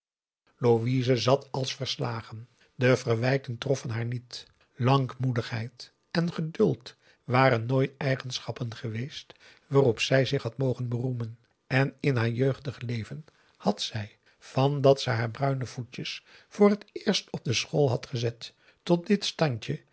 louise zat als verslagen de verwijten troffen haar niet lankmoedigheid en geduld waren nooit eigenschappen geweest waarop zij zich had mogen beroemen en in haar jeugdig leven had zij van dat ze haar bruine voetjes voor het eerst op de school had gezet tot dit standje